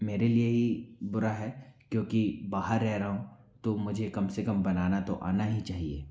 मेरे लिए ही बुरा है क्योंकि बाहर रह रहा हूँ तो मुझे कम से कम बनाना तो आना ही चाहिए